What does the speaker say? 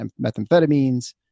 methamphetamines